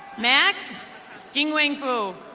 max jing wang fu.